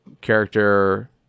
character